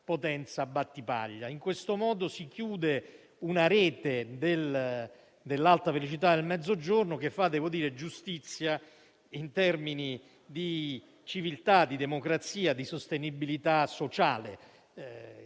In questo modo si chiude una rete dell'Alta velocità nel Mezzogiorno che fa - devo dire - giustizia in termini di civiltà, di democrazia e di sostenibilità sociale.